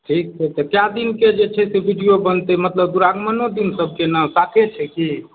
ठीक छै तऽ कै दिनके जे छै से विडिओ बनतै मतलब द्विरागमनो दिन सबके ने साथे छै की